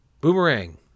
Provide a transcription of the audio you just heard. Boomerang